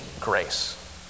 grace